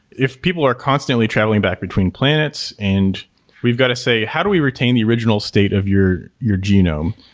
if people are constantly traveling back between planets and we've got to say, how do we retain the original state of your your genome?